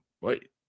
Wait